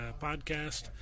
podcast